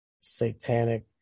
satanic